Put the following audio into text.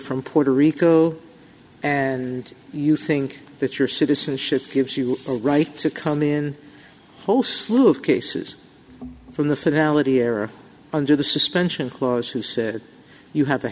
from puerto rico and you think that your citizenship gives you a right to come in whole slew of cases from the fidelity era under the suspension clause who said you have to